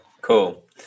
cool